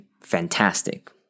fantastic